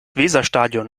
weserstadion